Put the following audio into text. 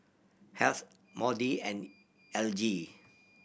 Heath Maude and Elgie